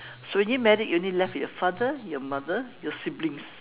so when you married you only left with your father your mother your siblings